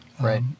Right